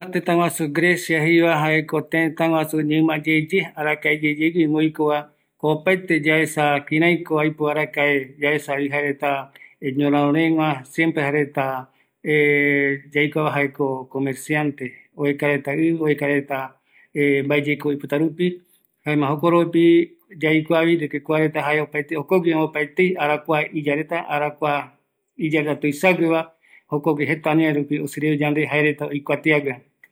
Kua tëtä grecia, jae arakae gueva tëtä, opaete yaikua jaereta oeka oipotarupi mbaeyekou, jaereta ñorärö rëgua, kuagui oyekua opaete akakua iyareta añavërupi oajete yaiporu yemboe rupi